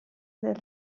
del